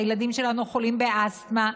הילדים שלנו חולים באסתמה,